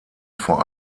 vor